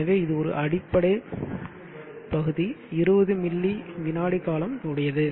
எனவே இது ஒரு அடிப்படை பகுதி 20 மில்லி விநாடி காலம் உடையது